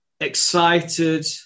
excited